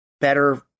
better